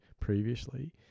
previously